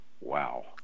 Wow